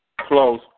Close